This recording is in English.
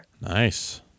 Nice